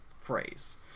phrase